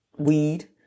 weed